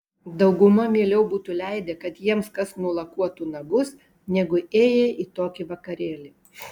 dauguma mieliau būtų leidę kad jiems kas nulakuotų nagus negu ėję į tokį vakarėlį